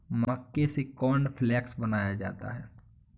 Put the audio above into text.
मक्के से कॉर्नफ़्लेक्स बनाया जाता है